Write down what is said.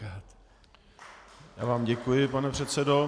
Já vám děkuji, pane předsedo.